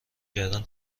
کردن